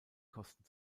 kosten